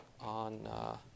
on